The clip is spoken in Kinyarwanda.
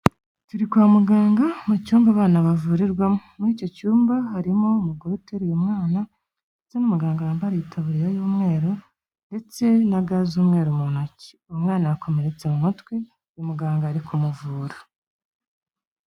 Turi kwa muganga mu cyumba abana bavurirwamo, muri icyo cyumba harimo umugore uteruye umwana ndetse n'umuganga wambariye itaburiya y'umweru ndetse na ga z'umweru mu ntoki, uyu mwana yakomeretse mu mutwi, uyu muganga ari kumuvura.